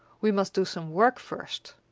we must do some work first.